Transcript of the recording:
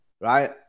right